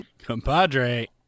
Compadre